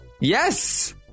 Yes